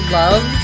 love